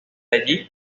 allí